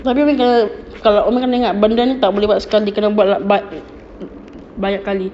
tapi umi kena kalau umi kena ingat benda ni tak boleh buat sekali kena buat banyak kali